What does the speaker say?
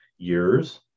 years